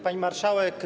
Pani Marszałek!